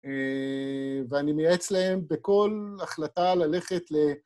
ואני מייעץ להם בכל החלטה ללכת ל...